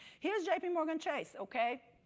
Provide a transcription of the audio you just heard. here's jp morgan chase, okay?